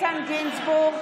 גינזבורג,